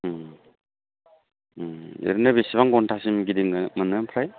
ओरैनो बेसेबां घन्टासिम गिदिंनो मोनो ओमफ्राय